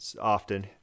often